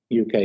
UK